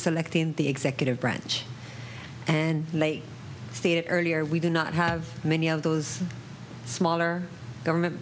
select in the executive branch and make stated earlier we do not have many of those smaller government